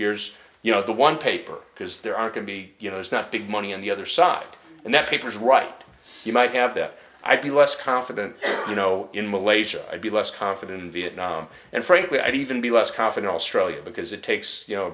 here's you know the one paper because there are can be you know it's not big money and the other side and that papers right you might have that i'd be less confident you know in malaysia i'd be less confident in vietnam and frankly i'd even be less confident australia because it takes